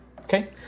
Okay